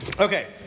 Okay